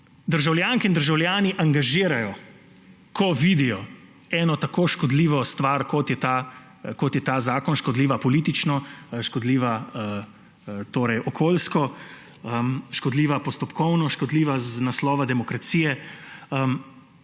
državljanke in državljani angažirajo, ko vidijo eno tako škodljivo stvar, kot je ta zakon, škodljiva politično, škodljiva okoljsko, škodljiva postopkovno, škodljiva z naslova demokracije,